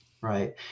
right